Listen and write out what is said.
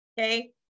okay